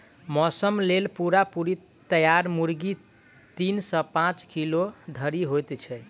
मौसक लेल पूरा पूरी तैयार मुर्गी तीन सॅ पांच किलो धरि होइत छै